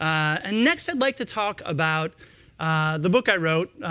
and next i'd like to talk about the book i wrote.